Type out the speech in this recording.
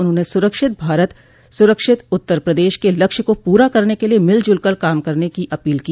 उन्होंने सुरक्षित भारत सुरक्षित उत्तर प्रदेश के लक्ष्य को पूरा करने के लिये मिल जुल कर काम करने की अपील की